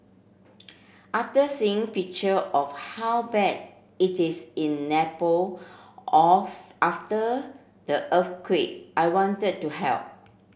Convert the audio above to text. after seeing picture of how bad it is in Nepal off after the earthquake I wanted to help